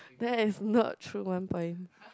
that is not true one point